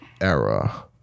era